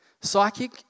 psychic